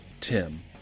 Tim